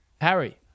Harry